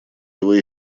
его